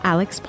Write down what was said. Alex